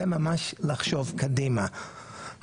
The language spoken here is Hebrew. זה ממש לחשוב קדימה,